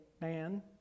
man